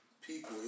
people